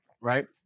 right